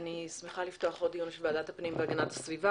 שמחה לפתוח את הדיון של ועדת הפנים והגנת הסביבה.